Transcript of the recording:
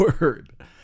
word